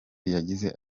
yagize